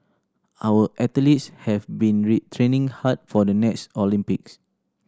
our athletes have been training hard for the next Olympics